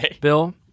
bill